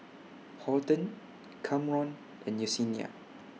Horton Kamron and Yesenia